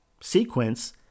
sequence